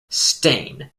stain